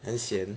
很 sian